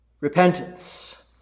repentance